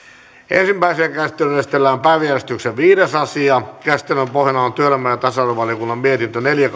ensimmäiseen käsittelyyn esitellään päiväjärjestyksen viides asia käsittelyn pohjana on työelämä ja tasa arvovaliokunnan mietintö neljä